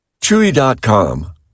Chewy.com